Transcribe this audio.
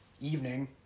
evening